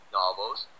novels